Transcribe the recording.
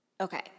okay